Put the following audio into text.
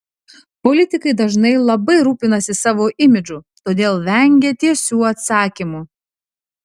politikai dažnai labai rūpinasi savo imidžu todėl vengia tiesių atsakymų